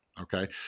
Okay